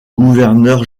gouverneur